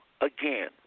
again